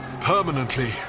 Permanently